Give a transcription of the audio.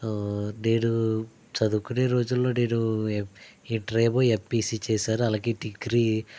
నేను చదువుకునే రోజులలో నేను ఇంటర్ ఏమో ఎంపీసీ చేశాను అలాగే డిగ్రీ